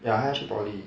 ya 他要去 poly